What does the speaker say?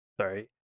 sorry